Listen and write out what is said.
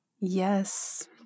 Yes